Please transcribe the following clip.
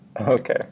Okay